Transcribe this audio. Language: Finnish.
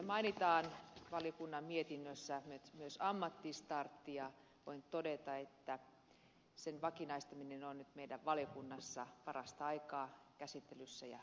tässä valiokunnan mietinnössä mainitaan nyt myös ammattistartti ja voin todeta että sen vakinaistaminen on nyt meidän valiokunnassamme parasta aikaa käsittelyssä ja käynnissä